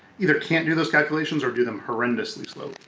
either can't do those calculations or do them horrendously slow.